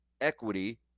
equity